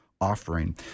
offering